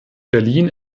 berlin